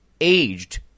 aged